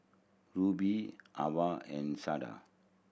Rube Avah and Sharde